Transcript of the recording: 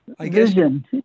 vision